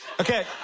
Okay